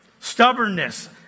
stubbornness